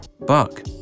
Buck